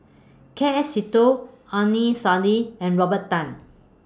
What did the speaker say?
K F Seetoh Saidi and Robert Tan